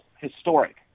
historic